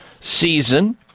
season